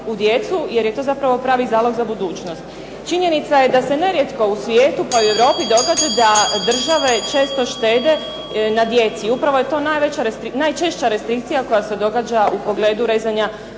u djecu, jer je to zapravo pravi zalog za budućnost. Činjenica je da se nerijetko u svijetu, pa i Europi događa da države često štede na djeci. Upravo je to najčešća restrikcija koja se događa u pogledu rezanja